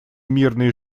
мирной